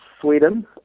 Sweden